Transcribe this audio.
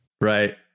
right